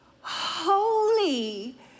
holy